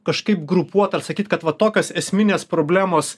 kažkaip grupuot ar sakyt kad va tokios esminės problemos